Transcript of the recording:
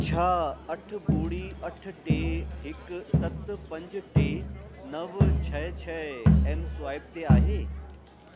छा अठ ॿुड़ी अठ टे हिकु सत पंज टे नव छह छह एम स्वाइप ते आहे